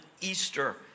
Easter